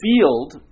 field